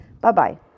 bye-bye